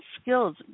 skills